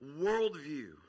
worldview